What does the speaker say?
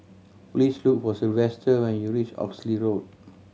please look for Sylvester when you reach Oxley Road